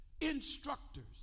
instructors